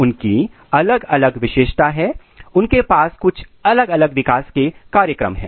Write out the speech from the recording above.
उनकी अलग अलग विशेषता है उनके पास कुल अलग अलग विकास कार्यक्रम हैं